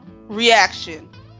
Reaction